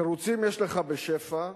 תירוצים יש לך בשפע.